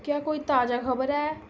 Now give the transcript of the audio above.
क्या कोई ताजा खबर है